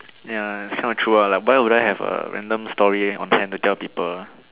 ya it's kind of true ah like why would I have a random story on hand to tell people